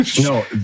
No